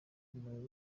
umuriro